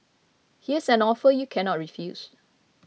here's an offer you cannot refuse